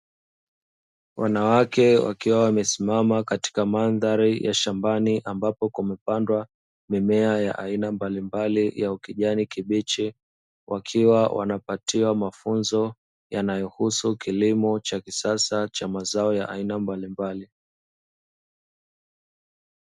Wanawake wakiwa wamesimama katika mandhari ya shambani, ambapo kumepandwa mimea ya aina mbalimbali ya kijani kibichi; wakiwa wanapatiwa mafunzo yanayohusu kilimo cha kisasa, cha mazao ya aina mbalimbali.